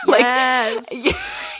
yes